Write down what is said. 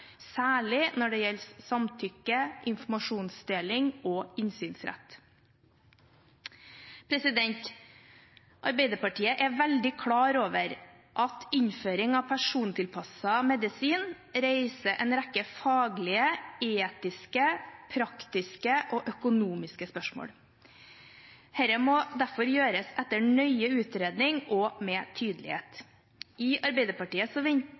særlig når det gjelder samtykke, informasjonsdeling og innsynsrett. Arbeiderpartiet er veldig klar over at innføring av persontilpasset medisin reiser en rekke faglige, etiske, praktiske og økonomiske spørsmål. Dette må derfor gjøres etter nøye utredning og med tydelighet. I Arbeiderpartiet